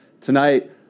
Tonight